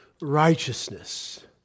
righteousness